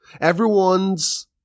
everyone's